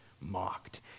mocked